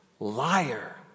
Liar